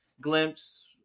glimpse